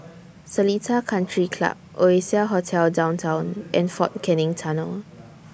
Seletar Country Club Oasia Hotel Downtown and Fort Canning Tunnel